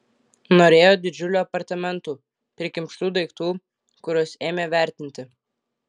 norėjo didžiulių apartamentų prikimštų daiktų kuriuos ėmė vertinti